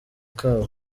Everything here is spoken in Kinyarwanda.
kabo